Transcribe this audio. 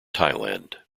thailand